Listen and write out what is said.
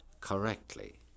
Correctly